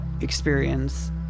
experience